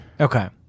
Okay